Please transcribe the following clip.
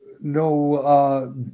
no